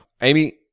Amy